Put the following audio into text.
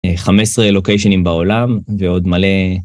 15 לוקיישנים בעולם ועוד מלא.